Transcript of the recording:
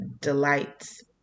delights